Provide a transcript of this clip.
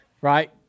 right